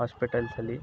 ಆಸ್ಪೆಟಲ್ಸಲ್ಲಿ